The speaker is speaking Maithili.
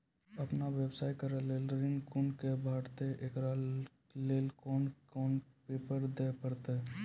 आपन व्यवसाय करै के लेल ऋण कुना के भेंटते एकरा लेल कौन कौन पेपर दिए परतै?